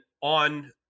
on